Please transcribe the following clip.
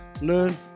learn